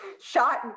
shot